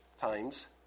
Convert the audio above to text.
times